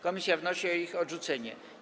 Komisja wnosi o ich odrzucenie.